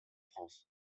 france